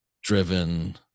driven